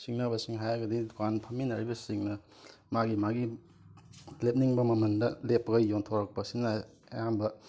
ꯁꯤꯡꯅꯕꯁꯤꯡ ꯍꯥꯏꯔꯒꯗꯤ ꯗꯨꯀꯥꯟ ꯐꯝꯃꯤꯟꯅꯔꯤꯕꯁꯤꯡꯅ ꯃꯥꯒꯤ ꯃꯥꯒꯤ ꯂꯦꯞꯅꯤꯡꯕ ꯃꯃꯟꯗ ꯂꯦꯞꯄꯒ ꯌꯣꯟꯊꯣꯔꯛꯄꯁꯤꯅ ꯑꯌꯥꯝꯕ